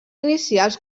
inicials